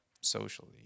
socially